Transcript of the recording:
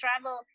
travel